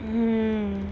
mm